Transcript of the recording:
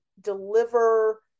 deliver